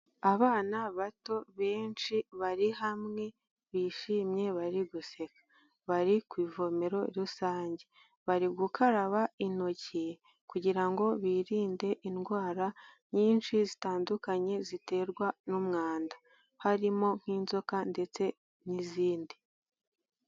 Abana bato benshi bari hamwe bishimye bari guseka, bari ku ivomero rusange, bari gukaraba intoki kugira ngo birinde indwara nyinshi zitandukanye ziterwa n'umwanda, harimo nk'inzoka ndetse n'izindi.